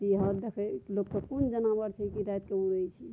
की हाल देखै लोकके कोन जनाबर छै की रातिके उड़ै छै